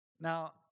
Now